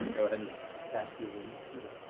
and go ahead and cast cure wounds to heal.